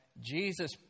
jesus